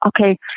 okay